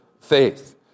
faith